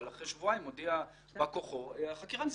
אבל אחרי שבועיים מודיע בא כוחו שהחקירה נסגרה.